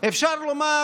אפשר לומר: